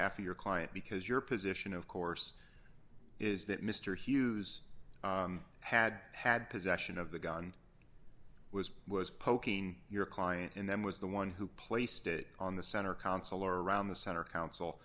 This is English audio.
behalf of your client because your position of course is that mr hughes had had possession of the gun was was poking your client and then was the one who placed it on the center console around the center council